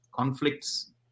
conflicts